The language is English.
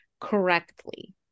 correctly